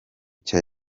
cya